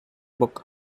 book